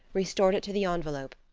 restored it to the envelope,